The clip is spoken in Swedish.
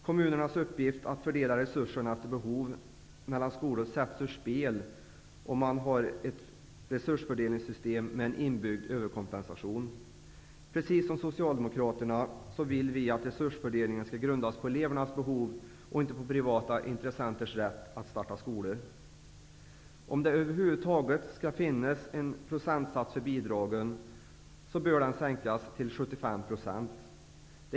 Kommunernas uppgift, att fördela resurserna efter behov mellan skolor, sätts ur spel om man har ett resursfördelningssystem med inbyggd överkompensation. Precis som Socialdemokraterna vill också vi att resursfördelningen skall grundas på elevernas behov, inte på privata intressenters rätt att starta skolor. Om det över huvud taget skall finnas en procentsats för bidragen, bör det vara fråga om en sänkning till 75 %.